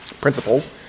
principles